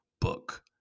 book